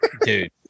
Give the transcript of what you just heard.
Dude